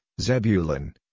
Zebulun